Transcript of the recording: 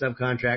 subcontract